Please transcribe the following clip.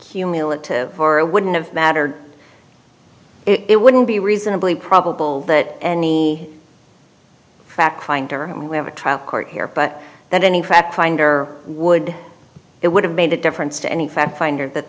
cumulative or a wouldn't have mattered it wouldn't be reasonably probable that any fact finder we have a trial court here but that any fact finder would it would have made a difference to any fact finder that